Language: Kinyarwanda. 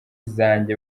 zanjye